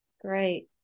Great